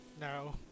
No